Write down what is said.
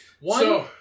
One